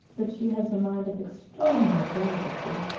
but she has a mind of extraordinary delicacy.